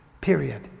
period